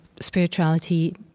spirituality